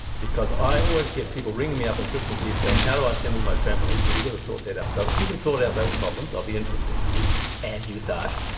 because i always get people ringing me up on christmas eve saying, how do i assemble my trampoline? so you've got to sort that out. so if you can sort out those problems, i'll be interested and you thought.